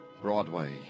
Broadway